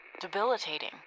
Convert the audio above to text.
debilitating